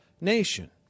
nation